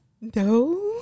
No